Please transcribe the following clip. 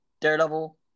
Daredevil